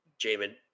Jamin